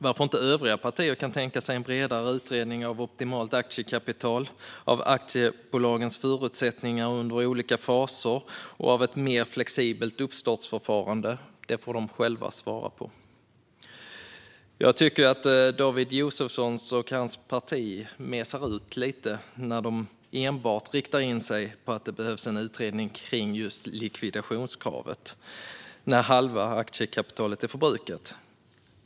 Varför inte övriga partier kan tänka sig en bredare utredning av optimalt aktiekapital, av aktiebolagens förutsättningar under olika faser och av ett mer flexibelt uppstartsförfarande får de själva svara på. Jag tycker att David Josefsson och hans parti mesar ur lite när de enbart riktar in sig på att det behövs en utredning kring just likvidationskravet när halva aktiekapitalet är förbrukat.